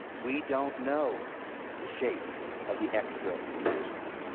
we don't know the shape of the extra dimensions.